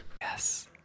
Yes